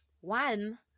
One